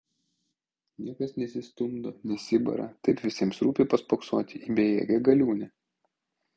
niekas nesistumdo nesibara taip visiems rūpi paspoksoti į bejėgę galiūnę